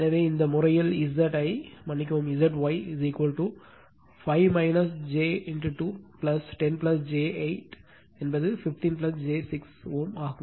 எனவே இந்த முறையில் Zi மன்னிக்கவும் zy 5 j 2 10 j 8 என்பது 15 j 6 Ω ஆகும்